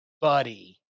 buddy